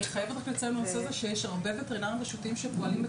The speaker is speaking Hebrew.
אני חייבת רק לציין בנושא הזה שיש וטרינרים רשותיים שפועלים מצוין.